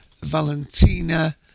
Valentina